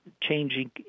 changing